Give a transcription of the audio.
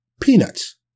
peanuts